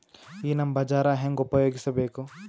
ಈ ನಮ್ ಬಜಾರ ಹೆಂಗ ಉಪಯೋಗಿಸಬೇಕು?